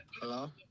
Hello